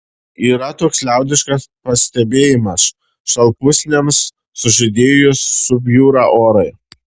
yra toks liaudiškas pastebėjimas šalpusniams sužydėjus subjūra orai